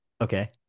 okay